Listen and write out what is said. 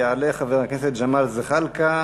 יעלה חבר הכנסת ג'מאל זחאלקה,